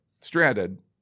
stranded